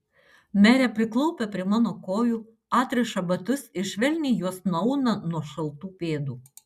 merė priklaupia prie mano kojų atriša batus ir švelniai juos nuauna nuo šaltų pėdų